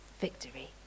victory